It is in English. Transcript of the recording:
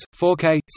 4K